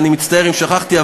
ואני מצטער אם שכחתי,